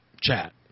chat